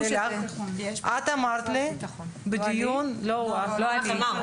--- את אמרת לי בדיון --- לא אני.